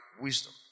wisdom